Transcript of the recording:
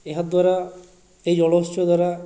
ଏହାଦ୍ୱାରା ଏହି ଜଳଉତ୍ସ ଦ୍ୱାରା